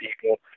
people